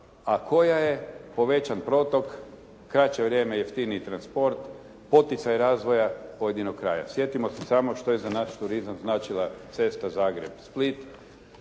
a koja je povećan protok, kraće vrijeme, jeftiniji transport, poticaj razvoja pojedinog kraja. Sjetimo se samo što je za naš turizam značila cesta Zagreb-Split.